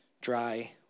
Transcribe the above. dry